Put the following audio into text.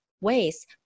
ways